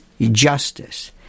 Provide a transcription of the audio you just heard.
justice